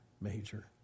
major